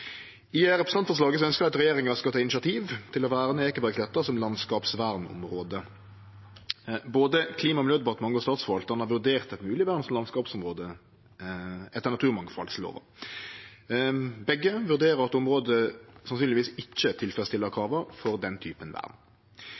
I representantforslaget ønskjer ein at regjeringa skal ta initiativ til å verne Ekebergsletta som landskapsvernområde. Både Klima- og miljødepartementet og statsforvaltaren har vurdert eit mogeleg vern som landskapsområde etter naturmangfaldlova. Begge vurderer at området sannsynlegvis ikkje tilfredsstiller krava for den typen vern.